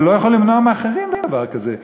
אבל הוא לא יכול למנוע מאחרים דבר כזה.